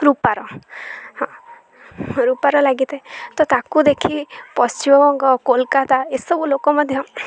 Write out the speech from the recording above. ରୂପାର ହଁ ରୂପାର ଲାଗିଥାଏ ତ ତାକୁ ଦେଖି ପଶ୍ଚିମବଙ୍ଗ କୋଲକାତା ଏସବୁ ଲୋକ ମଧ୍ୟ